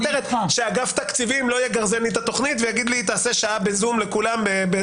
שאגף תקציבים לא יגרזן לי את התוכנית ויעשה שעה בזום לכולם.